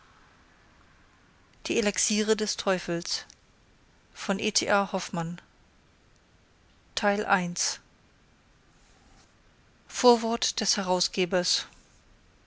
anmerkung des herausgebers